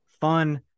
fun